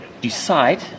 decide